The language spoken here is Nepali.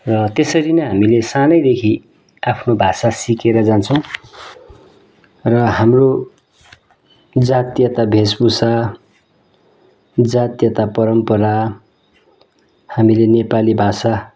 र त्यसरी नै हामीले सानैदेखि आफ्नो भाषा सिकेर जान्छौँ र हाम्रो जातीयता वेशभूषा जातीयता परम्परा हामीले नेपाली भाषा